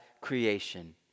creation